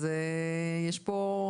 אז יש פה,